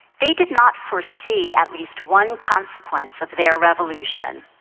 they did not foresee at least one consequence of their revolution.